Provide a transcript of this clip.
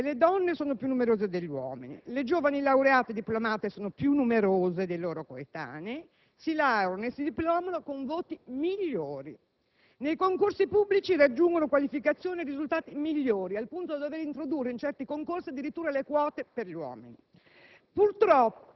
Nel nostro Paese le donne sono più numerose degli uomini. Le giovani laureate e diplomate sono più numerose dei loro coetanei e si laureano e si diplomano con voti migliori; nei concorsi pubblici raggiungono qualificazioni e risultati migliori al punto da dover introdurre, in certi concorsi, addirittura le quote per gli uomini.